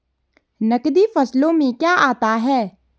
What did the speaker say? नकदी फसलों में क्या आता है?